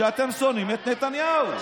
שאתם שונאים את נתניהו.